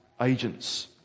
agents